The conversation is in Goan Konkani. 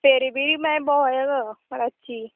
फेरी बिरी मागीर भोंवया गो रातची